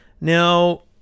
Now